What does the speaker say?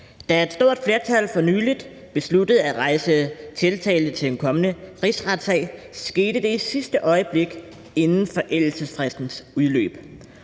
Da et stort flertal for nylig besluttede at rejse tiltale i en kommende rigsretssag, skete det i sidste øjeblik inden forældelsesfristens udløb.